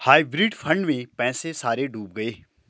hybrid fund में पैसे सारे डूब गए